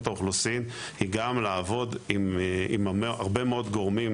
האוכלוסין היא גם עם הרבה מאוד גורמים,